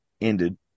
ended